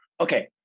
okay